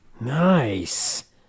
nice